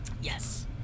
Yes